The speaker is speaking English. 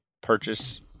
purchase